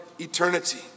Eternity